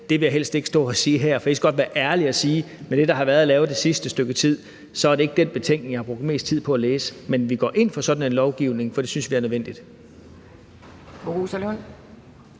vil jeg helst ikke stå og sige her, for jeg kan lige så godt være ærlig og sige, at med det, der har været at lave det sidste stykke tid, er det ikke den betænkning, jeg har brugt mest tid på at læse. Men vi går ind for sådan en lovgivning, for det synes vi er nødvendigt.